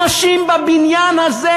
אנשים בבניין הזה,